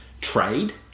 trade